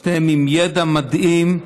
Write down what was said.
שתיהן עם ידע מדהים,